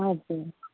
हजुर